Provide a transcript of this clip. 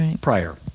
prior